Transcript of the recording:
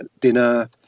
dinner